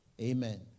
Amen